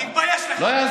תודה.